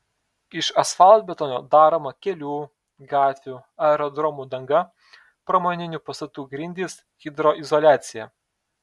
iš asfaltbetonio daroma kelių gatvių aerodromų danga pramoninių pastatų grindys hidroizoliacija